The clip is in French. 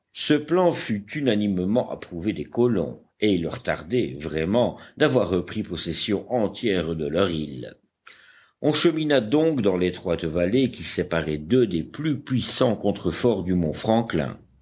ce plan fut unanimement approuvé des colons et il leur tardait vraiment d'avoir repris possession entière de leur île on chemina donc dans l'étroite vallée qui séparait deux des plus puissants contreforts du mont franklin